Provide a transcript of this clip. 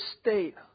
state